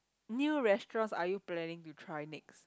new restaurants are you planning to try next